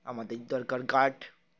আমাদের দরকার গার্ড